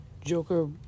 Joker